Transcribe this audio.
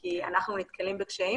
כי אנחנו נתקלים בקשיים